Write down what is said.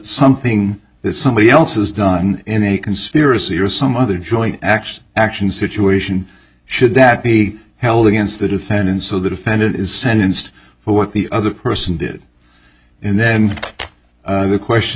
something that somebody else has done in a conspiracy or some other joint action action situation should that be held against the defendant so the defendant is sentenced for what the other person did and then the question